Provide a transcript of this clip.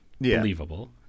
believable